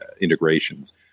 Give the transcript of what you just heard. integrations